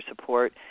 support